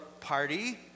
party